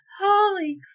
Holy